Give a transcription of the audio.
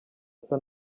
asa